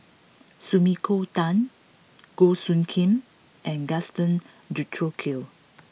Sumiko Tan Goh Soo Khim and Gaston Dutronquoy